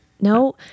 No